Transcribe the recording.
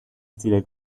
stile